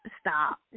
Stop